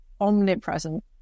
omnipresent